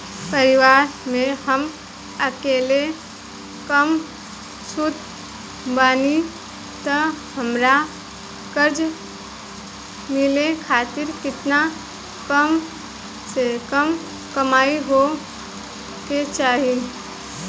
परिवार में हम अकेले कमासुत बानी त हमरा कर्जा मिले खातिर केतना कम से कम कमाई होए के चाही?